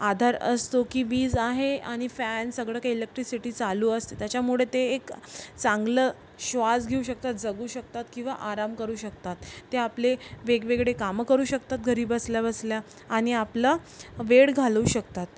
आधार असतो की वीज आहे आणि फॅन सगळं काही इलेक्ट्रिसिटी चालू असते त्याच्यामुळे ते एक चांगलं श्वास घेऊ शकतात जगू शकतात किंवा आराम करू शकतात ते आपले वेगवेगळे कामं करू शकतात घरी बसल्या बसल्या आणि आपला वेळ घालवू शकतात